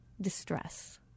distress